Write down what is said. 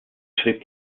schrieb